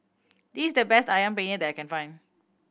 this is the best Ayam Penyet that I can find